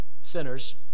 Sinners